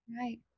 Right